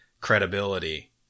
credibility